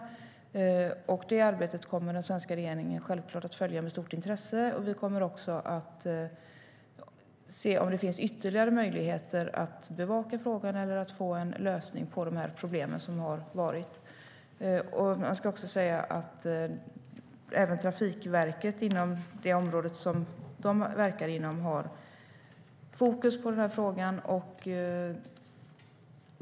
Det arbetet kommer den svenska regeringen självfallet att följa med stort intresse. Vi kommer också att se om det finns ytterligare möjligheter att bevaka frågan eller få en lösning på de problem som finns. Jag ska tillägga att även Trafikverket inom sitt verksamhetsområde har fokus på den här frågan.